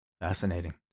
Fascinating